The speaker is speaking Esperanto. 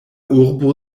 urbo